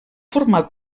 format